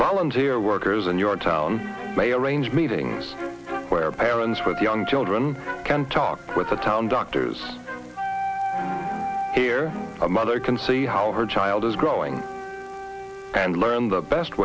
volunteer workers in your town mayor arrange meetings where parents with young children can talk with the town doctors here a mother can see how her child is growing and learn the best